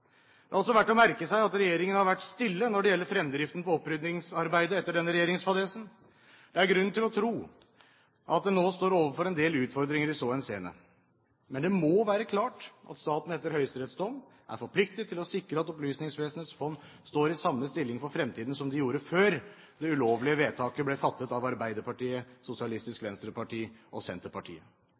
Det er også verdt å merke seg at regjeringen har vært stille når det gjelder fremdriften på oppryddingsarbeidet etter denne regjeringsfadesen. Det er grunn til å tro at den nå står overfor en del utfordringer i så henseende. Men det må være klart at staten etter Høyesteretts dom er forpliktet til å sikre at Opplysningsvesenets fond står i samme stilling for fremtiden som det gjorde før det ulovlige vedtaket ble fattet av Arbeiderpartiet, Sosialistisk Venstreparti og Senterpartiet.